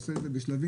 עושה את זה בשלבים,